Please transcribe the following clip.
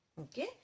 Okay